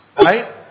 Right